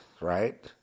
right